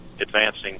advancing